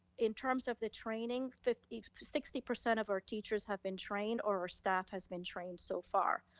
in terms of the training, sixty percent of our teachers have been trained or our staff has been trained so far.